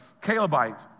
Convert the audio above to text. Calebite